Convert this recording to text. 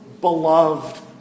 beloved